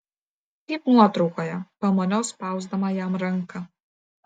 kaip nuotraukoje pamaniau spausdama jam ranką